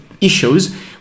issues